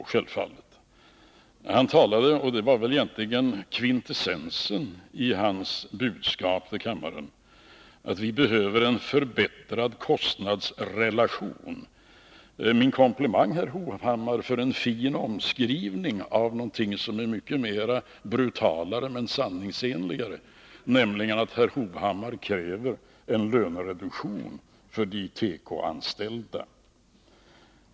Han talade om — och det var väl egentligen kvintessensen i hans budskap till kammaren -— att vi behöver en förbättrad kostnadsrelation. Min komplimang, herr Hovhammar, för en fin omskrivning av någonting som är mycket mera brutalt men sanningsenligare, nämligen att herr Hovhammar kräver en lönereduktion för de tekoanställda.